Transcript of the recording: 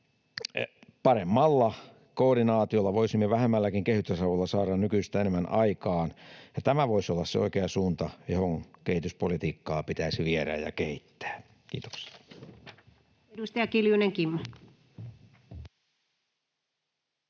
tämä voisi olla se oikea suunta, johon kehityspolitiikkaa pitäisi viedä ja kehittää. — Kiitos.